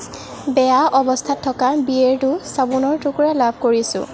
বেয়া অৱস্থাত থকা বিয়েৰ্ডো চাবোনৰ টুকুৰা লাভ কৰিছোঁ